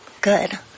Good